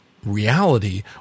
Reality